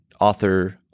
author